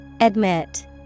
Admit